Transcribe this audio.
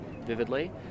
vividly